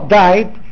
died